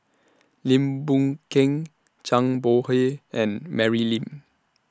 Lim Boon Keng Zhang Bohe and Mary Lim